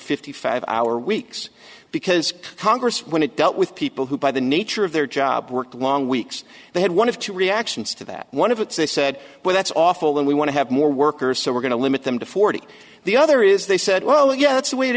fifty five hour weeks because congress when it dealt with people who by the nature of their job worked long weeks they had one of two reactions to that one of it's they said well that's awful and we want to have more workers so we're going to limit them to forty the other is they said well yeah that's the way it